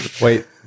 Wait